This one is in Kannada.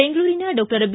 ಬೆಂಗಳೂರಿನ ಡಾಕ್ಟರ್ ಬಿ